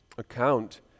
account